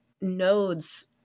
nodes